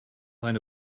eine